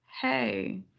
hey